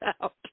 out